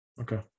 Okay